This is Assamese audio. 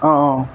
অঁ অঁ